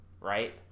right